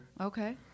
Okay